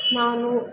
ನಾನು